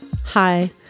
Hi